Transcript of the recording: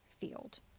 field